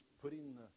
putting